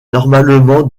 normalement